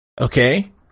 Okay